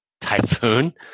typhoon